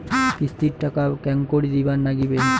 কিস্তির টাকা কেঙ্গকরি দিবার নাগীবে?